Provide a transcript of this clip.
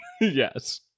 yes